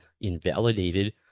invalidated